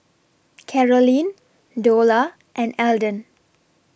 Carolyn Dola and Eldon